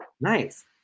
Nice